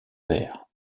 verts